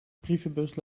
brievenbus